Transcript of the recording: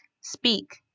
Speak